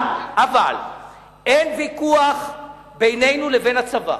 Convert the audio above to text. אבל, אין ויכוח בינינו לבין הצבא,